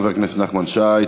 תודה, חבר הכנסת נחמן שי.